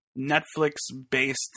Netflix-based